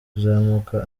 kuzamuka